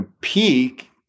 peak